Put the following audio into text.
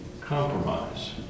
compromise